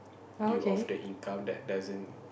deal off the income that doesn't